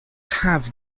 have